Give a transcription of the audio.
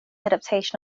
adaptation